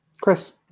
Chris